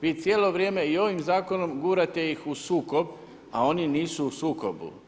Vi cijelo vrijeme i ovim Zakonom gurate ih u sukob, a oni nisu u sukobu.